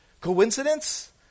Coincidence